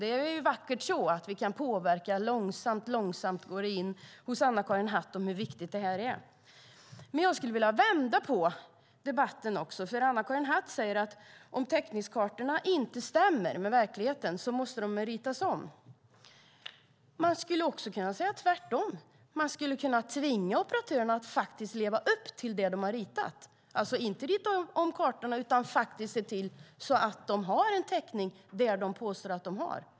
Det är vackert så att vi kan påverka och att det långsamt går in hos Anna-Karin Hatt hur viktig frågan är. Jag skulle vilja vända på debatten. Anna-Karin Hatt säger att om täckningskartorna inte stämmer med verkligheten måste de ritas om. Man kan också säga tvärtom. Man kan tvinga operatörerna att leva upp till vad de har ritat, inte rita om kartorna utan se till att täckningen finns där det påstås att den finns.